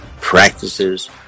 practices